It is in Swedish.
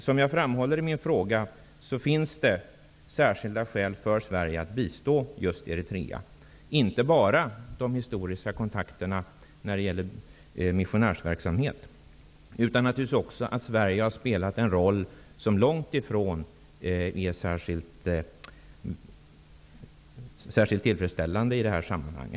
Som jag framhåller i min fråga finns det särskilda skäl för Sverige att bistå just Eritrea, inte bara de historiska kontakterna när det gäller missionärsverksamhet utan naturligtvis också att Sverige har spelat en roll som långt ifrån är särskilt tillfredsställande i detta sammanhang.